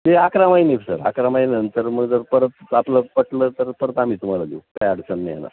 ते आकरा महिने सर अकरा महिनेनंतर मग जर परत आपलं पटलं तर परत आम्ही तुम्हाला देऊ काय अडचण नाही येणार